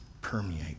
permeate